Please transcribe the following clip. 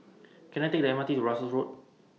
Can I Take The M R T to Russels Road